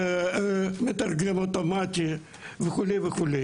במתרגם אוטומטי וכו'.